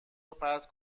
روپرت